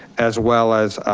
as well as